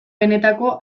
benetako